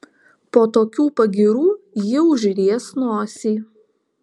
po tokių pagyrų ji užries nosį